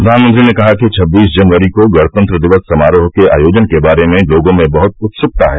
प्रधानमंत्री ने कहा कि छब्बीस जनवरी को गणतंत्र दिवस समारोह के आयोजन के बारे में लोगों में बहत उत्सुकता है